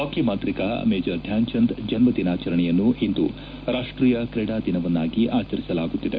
ಹಾಕಿ ಮಾಂತ್ರಿಕ ಮೇಜರ್ ಧ್ಯಾನ್ಚಂದ್ ಜನ್ನ ದಿನಾಚರಣೆಯನ್ನು ಇಂದು ರಾಷ್ಟೀಯ ಕ್ರೀಡಾ ದಿನವನ್ನಾಗಿ ಆಚರಿಸಲಾಗುತ್ತಿದೆ